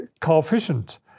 coefficient